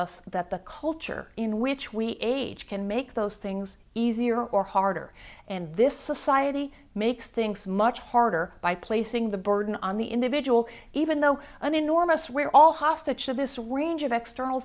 us that the culture in which we age can make those things easier or harder and this society makes things much harder by placing the burden on the individual even though an enormous we're all hostage to this range of external